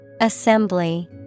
Assembly